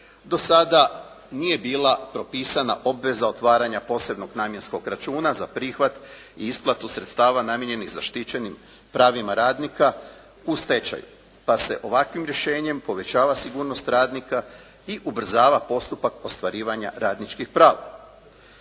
Do sada nije bila propisana obveza otvaranja posebnog namjenskog računa za prihvat i isplatu sredstava namijenjenih zaštićenim pravima radnika u stečaju pa se ovakvim rješenjem povećava sigurnost radnika i ubrzava postupak ostvarivanja radničkih prava.